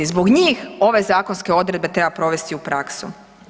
Zbog njih ove zakonske odredbe treba provesti u praksu.